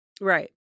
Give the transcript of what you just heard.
right